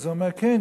אז הוא אומר: כן,